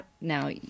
Now